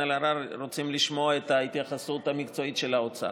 אלהרר רוצים לשמוע את ההתייחסות המקצועית של האוצר.